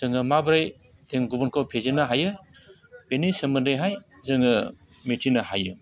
जोङो माबोरै गुबुनखौ फेजेननो हायो बिनि सोमोन्दैहाय जोङो मिथिनो हायो